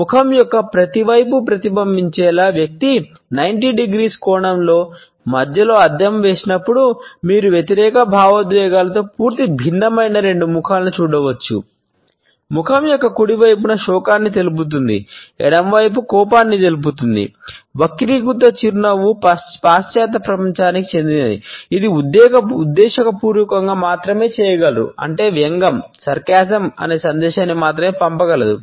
ముఖం యొక్క ప్రతి వైపు ప్రతిబింబించేలా వ్యక్తి 90 డిగ్రీల అనే సందేశాన్ని మాత్రమే పంపగలదు